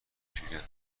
شرکت